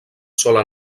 sola